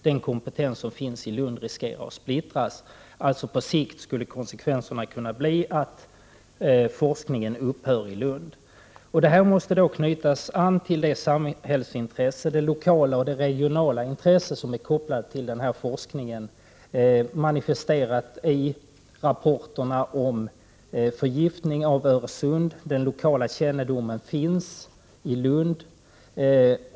Den kompetens som finns i Lund riskerar att splittras. På sikt skulle konsekvensen kunna bli att forskningen upphör i Lund. Detta måste knyta an till de samhällsintressen, de lokala och regionala intressen, som är kopplade till den här forskningen och manifesterade i rapporterna om förgiftningen av Öresund. Den lokala kännedomen finns i Lund.